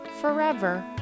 forever